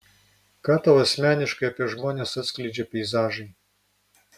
ką tau asmeniškai apie žmones atskleidžia peizažai